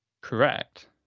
Correct